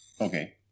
Okay